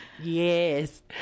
yes